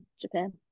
Japan